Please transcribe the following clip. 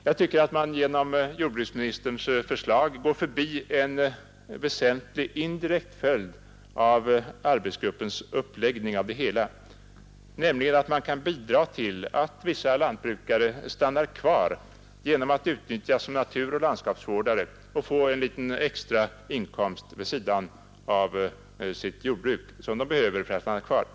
Jag tycker att jordbruksministerns förslag går förbi en väsentlig indirekt följd av arbetsgruppens uppläggning av det hela, nämligen att man kan bidra till att vissa lantbrukare stannar kvar genom att utnyttjas som naturoch landskapsvårdare och få en liten extra inkomst vid sidan av sitt jordbruk som de behöver för att kunna stanna kvar.